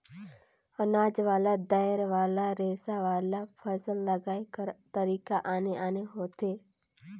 अनाज वाला, दायर वाला, रेसा वाला, फसल लगाए कर तरीका आने आने होथे